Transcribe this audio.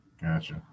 Gotcha